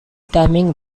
timing